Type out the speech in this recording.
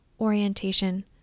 orientation